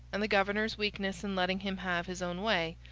and the governor's weakness in letting him have his own way,